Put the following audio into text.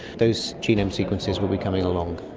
those genome sequences will be coming along.